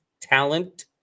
talent